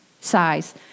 size